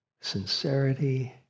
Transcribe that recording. sincerity